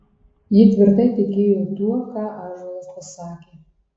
ji tvirtai tikėjo tuo ką ąžuolas pasakė